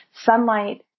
Sunlight